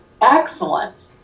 excellent